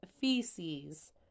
feces